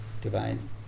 divine